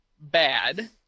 bad